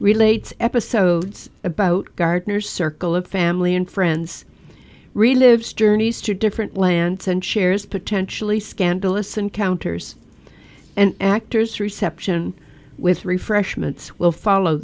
relates episodes about gardner's circle of family and friends relives journeys to different lands and shares potentially scandalous encounters and actors reception with refreshments will follow